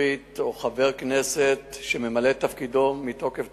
אזורית או חבר כנסת שממלא תפקידו מתוקף תפקידו,